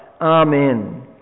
Amen